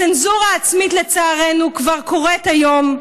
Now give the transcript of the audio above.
הצנזורה העצמית, לצערנו, כבר קורית היום.